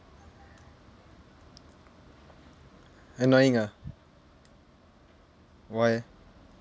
annoying ah why eh